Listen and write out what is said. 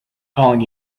calling